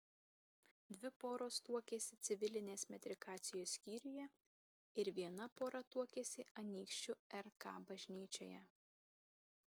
dvi poros tuokėsi civilinės metrikacijos skyriuje ir viena pora tuokėsi anykščių rk bažnyčioje